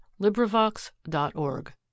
LibriVox.org